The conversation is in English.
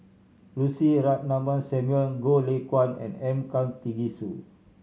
Lucy Ratnammah Samuel Goh Lay Kuan and M Karthigesu